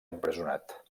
empresonat